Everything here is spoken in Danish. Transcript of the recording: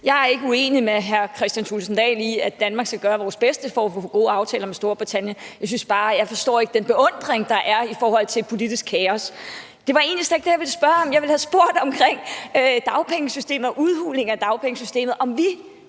Jeg er ikke uenig med hr. Kristian Thulesen Dahl i, at vi i Danmark skal gøre vores bedste for at få gode aftaler med Storbritannien, jeg forstår bare ikke den beundring, der er i forhold til politisk kaos. Det var egentlig slet ikke det, jeg ville spørge om. Jeg ville have spurgt om dagpengesystemet og udhulingen af dagpengesystemet, og om